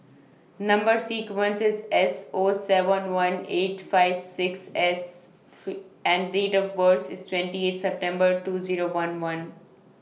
Number sequence IS S O seven one eight five six S and Date of birth IS twenty eight September two Zero one one